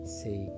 say